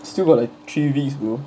still got like three V_S bro